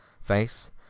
face